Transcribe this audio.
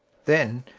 then,